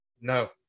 No